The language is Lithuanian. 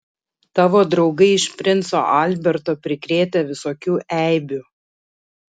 tavo draugai iš princo alberto prikrėtę visokių eibių